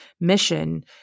mission